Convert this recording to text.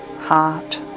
heart